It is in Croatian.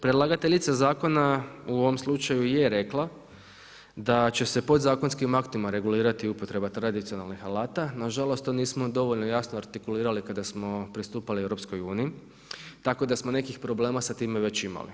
Predlagateljica zakona u ovom slučaju je rekla, da će se podzakonskim aktima regulirati upotreba tradicionalnih alata, nažalost, to nismo dovoljno jasno artikulirali kada smo pristupali EU, tako da smo nekih problema sa time već imali.